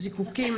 זיקוקים,